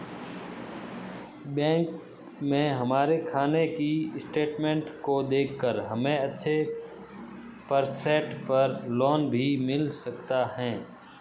bank में हमारे खाने की स्टेटमेंट को देखकर हमे अच्छे परसेंट पर लोन भी मिल सकता है